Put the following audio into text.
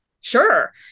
Sure